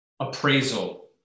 appraisal